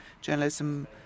journalism